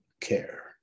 care